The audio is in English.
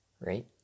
right